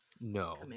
no